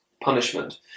punishment